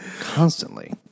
constantly